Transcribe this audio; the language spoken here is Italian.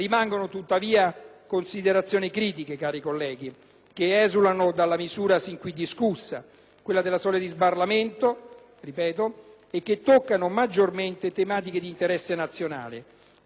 (quella della soglia di sbarramento) e che toccano maggiormente tematiche di interesse nazionale. Con il disegno di legge n. 1360 si è normato esclusivamente sull'introduzione della